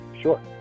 Sure